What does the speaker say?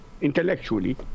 intellectually